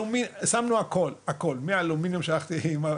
אנחנו שמנו הכל, מאלומיניום ועד הכל.